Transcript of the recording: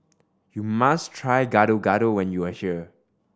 you must try Gado Gado when you are here